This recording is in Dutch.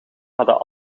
hadden